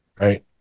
right